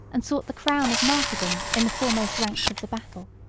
and sought the crown of martyrdom in the foremost ranks of the battle.